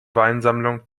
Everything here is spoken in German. weinsammlung